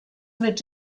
mit